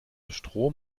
strom